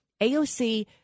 AOC